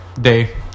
Day